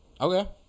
Okay